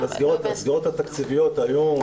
אבל הסגירות התקציביות היו,